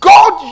God